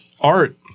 Art